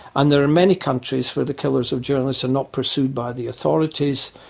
and there are many countries where the killers of journalists are not pursued by the authorities,